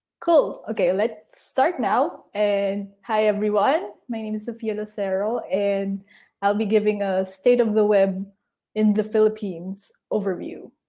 cool, okay. let's start now. and hi everyone. my name is sophia lucero and i'll be giving a state of the web in the philippines overview.